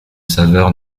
saveur